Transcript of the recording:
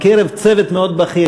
בקרב צוות מאוד בכיר,